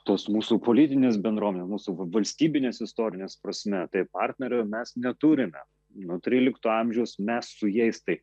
tos mūsų politinės bendruomenės mūsų valstybinės istorinės prasme tai partnerio mes neturime nuo trylikto amžiaus mes su jais tai